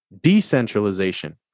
decentralization